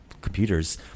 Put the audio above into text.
computers